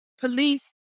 police